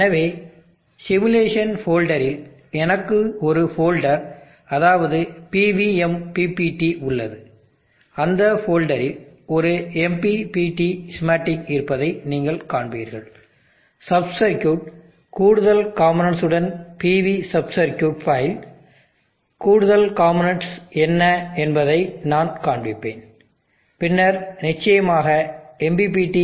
எனவே சிமுலேஷன் ஃபோல்டரில் எனக்கு ஒரு ஃபோல்டர் அதாவது PVMPPT உள்ளது அந்த ஃபோல்டரில் ஒரு MPPT ஸ்கீமாட்டிக் இருப்பதை நீங்கள் காண்பீர்கள் சப் சர்க்யூட் கூடுதல் காம்போநெட்ன்ஸ் உடன் PV சப் சர்க்யூட் ஃபைல் நான் கூடுதல் காம்போநெட்ன்ஸ் என்ன என்பதைக் காண்பிப்பேன் பின்னர் நிச்சயமாக mppt